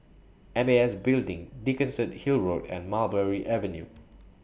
M A S Building Dickenson Hill Road and Mulberry Avenue